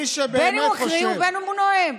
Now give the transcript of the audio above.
בין אם הוא מקריא ובין אם הוא נואם.